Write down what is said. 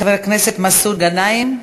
חבר הכנסת מסעוד גנאים.